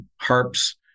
harps